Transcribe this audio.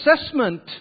assessment